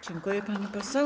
Dziękuję, pani poseł.